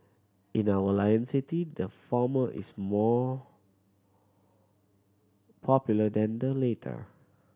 in our Lion City the former is more popular than the later